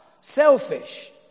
selfish